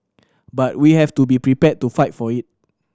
but we have to be prepared to fight for it